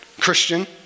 Christian